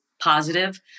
positive